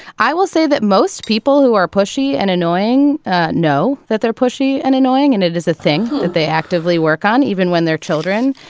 i will say that most people who are pushy and annoying know that they're pushy and annoying. and it is a thing that they actively work on even when they're children.